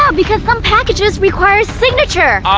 ah because some packages require signature!